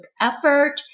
effort